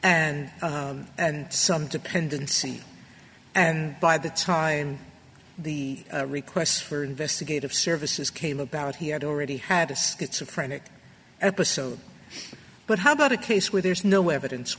traumas and some dependency and by the time the requests for investigative services came about he had already had a schizophrenia at the so but how about a case where there's no evidence